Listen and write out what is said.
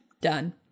done